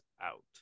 out